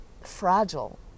fragile